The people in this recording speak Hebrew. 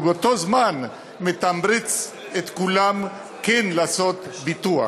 ובאותו זמן לתמרץ את כולם לעשות ביטוח.